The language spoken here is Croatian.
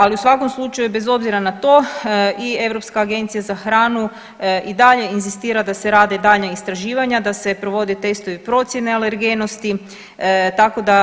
Ali u svakom slučaju bez obzira na to i Europska agencija za hranu i dalje inzistira da se rade dalja istraživanja, da se provode testovi procjene alergenosti tako da